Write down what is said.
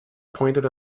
pointed